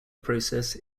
process